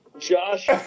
Josh